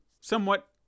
somewhat